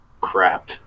Crap